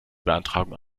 beantragung